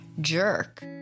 jerk